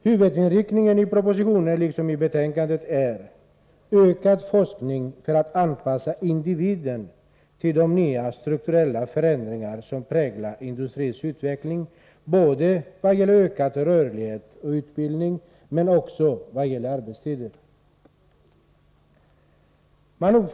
Huvudinriktningen i propositionen liksom i betänkandet är ökad forskning för att anpassa individen till de nya strukturella förändringar som präglar industrins utveckling i vad gäller ökad rörlighet och utbildning men också i vad gäller arbetstiden.